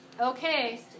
Okay